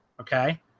okay